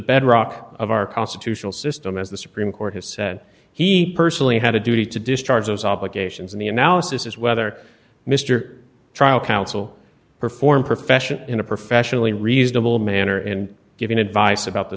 bedrock of our constitutional system is the supreme court has said he personally had a duty to discharge those obligations in the analysis is whether mr trial count will perform professional in a professionally reasonable manner and given advice about the